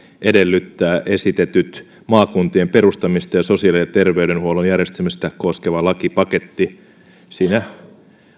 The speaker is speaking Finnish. edellyttää esitetty maakuntien perustamista ja sosiaali ja terveydenhuollon järjestämistä koskeva lakipaketti siinä